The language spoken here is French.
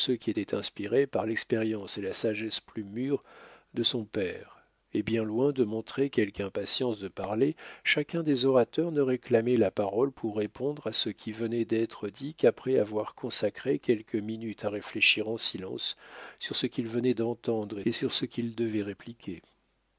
ceux qui étaient inspirés par l'expérience et la sagesse plus mûre de son père et bien loin de montrer quelque impatience de parler chacun des orateurs ne réclamait la parole pour répondre à ce qui venait d'être dit qu'après avoir consacré quelques minutes à réfléchir en silence sur ce qu'il venait d'entendre et sur ce qu'il devait répliquer